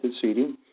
seating